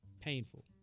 painful